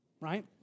right